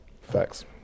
Facts